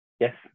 Yes